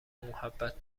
محبت